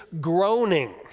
groaning